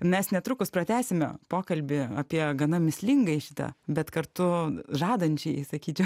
mes netrukus pratęsime pokalbį apie gana mįslingai šitą bet kartu žadančiai sakyčiau